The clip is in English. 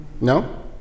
No